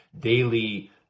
daily